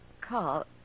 Carl